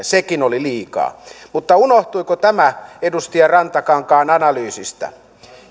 sekin oli liikaa unohtuiko tämä edustaja rantakankaan analyysistä